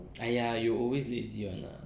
!aiya! you always lazy [one] lah